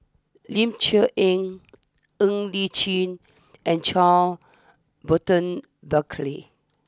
Ling Cher Eng Ng Li Chin and Charles Burton Buckley